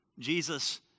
Jesus